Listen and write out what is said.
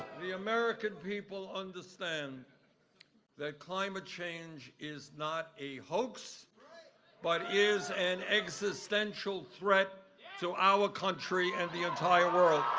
the american people understand that climate change is not a hoax but is an existential threat to our country and the entire world.